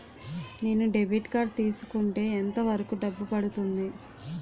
నేను debit card తీసుకుంటే ఎంత వరకు డబ్బు పడుతుంది?